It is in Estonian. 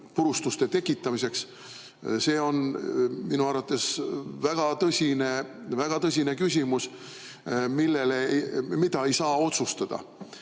purustuste tekitamiseks? See on minu arvates väga tõsine, väga tõsine küsimus, mida ei saa otsustada